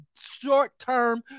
short-term